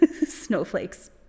snowflakes